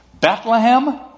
Bethlehem